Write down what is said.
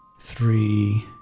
three